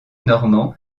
normand